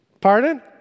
Pardon